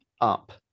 up